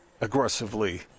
aggressively